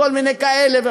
כל מיני כאלה.